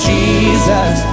Jesus